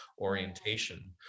orientation